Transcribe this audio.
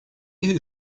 who